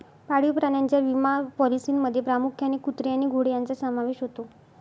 पाळीव प्राण्यांच्या विमा पॉलिसींमध्ये प्रामुख्याने कुत्रे आणि घोडे यांचा समावेश होतो